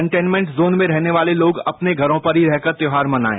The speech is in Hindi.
कॅटेनमेंट जोन में रहने वाले लोग अपने घरों पर ही रहकर त्यौहार मनायें